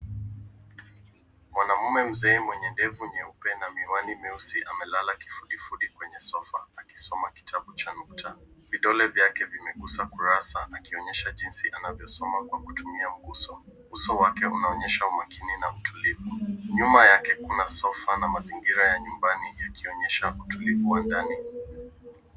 Mwanaume mzee mwenye ndevu nyeupe na miwani mieusi amelala kifudifudi kwenye sofa akisoma kitabu cha nukta. Vidole vyake vimegusa kurasa akionyesha jinsi anavyosoma kwa kutumia mguso. Uso wake unaonyesha umakini na utulivu. Nyuma yake kuna sofa na mazingira ya nyumbani yakionyesha utulivu wa ndani.